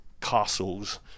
castles